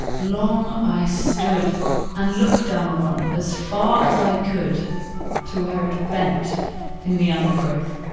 long i stood and looked down one as far as i could to where it bent in the undergrowth